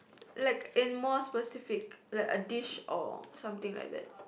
like in more specific like a dish or something like that